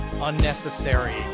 unnecessary